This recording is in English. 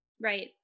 Right